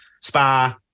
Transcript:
Spa